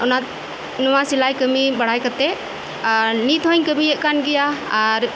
ᱚᱱᱟ ᱱᱚᱣᱟ ᱥᱮᱞᱟᱭ ᱠᱟᱹᱢᱤ ᱵᱟᱲᱟᱭ ᱠᱟᱛᱮᱫ ᱟᱨ ᱱᱤᱛᱦᱚᱧ ᱠᱟᱹᱢᱤᱭᱮᱫ ᱠᱟᱱ ᱜᱮᱭᱟ ᱟᱨ